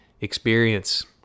experience